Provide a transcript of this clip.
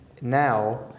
now